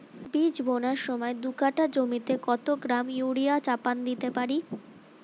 বীজ বোনার সময় দু কাঠা জমিতে কত গ্রাম ইউরিয়া চাপান দিতে পারি?